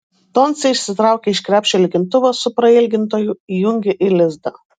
doncė išsitraukė iš krepšio lygintuvą su prailgintoju įjungė į lizdą